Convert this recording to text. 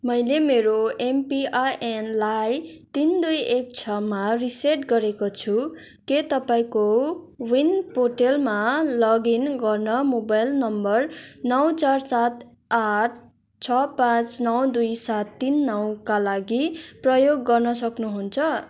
मैले मेरो एमपिआइएनलाई तिन दुई एक छमा रिसेट गरेको छु के तपाईँ कोविन पोर्टलमा लगइन गर्न मोबाइल नम्बर नौ चार सात आठ छ पाँच नौ दुई सात तिन नौका लागि प्रयोग गर्न सक्नुहुन्छ